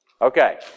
Okay